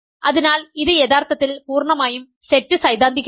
അതിനാൽ ഇത് യഥാർത്ഥത്തിൽ പൂർണ്ണമായും സെറ്റ് സൈദ്ധാന്തികമാണ്